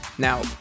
Now